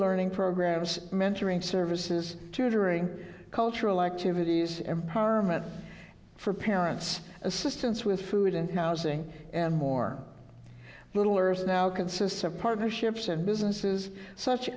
learning programs mentoring services tutoring cultural activities empowerment for parents assistance with food and housing and more littler is now consists of partnerships and businesses such